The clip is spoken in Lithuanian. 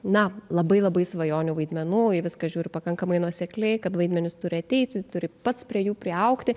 na labai labai svajonių vaidmenų į viską žiūri pakankamai nuosekliai kad vaidmenys turi ateiti turi pats prie jų priaugti